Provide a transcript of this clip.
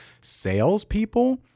salespeople